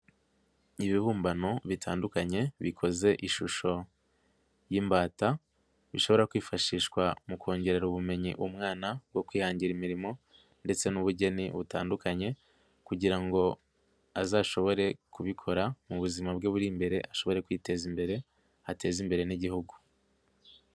Ibibumbano bitandukanye bikoze ishusho y'imbata, bishobora kwifashishwa mu kongerera ubumenyi umwana bwo kwihangira imirimo ndetse n'ubugeni butandukanye kugira ngo azashobore kubikora mu buzima bwe buri imbere ashobore kwiteza imbere, ateze imbere n'Igihugu.